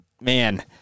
Man